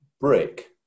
brick